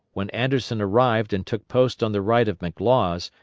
when anderson arrived and took post on the right of mclaws,